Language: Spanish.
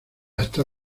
hasta